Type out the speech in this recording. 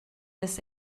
des